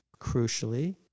Crucially